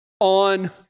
on